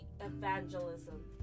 evangelism